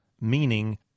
meaning